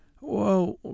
Well